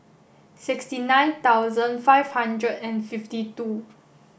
sixty nine thousand five hundred and fifty two